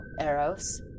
Eros